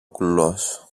κουλός